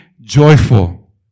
joyful